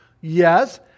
Yes